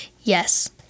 Yes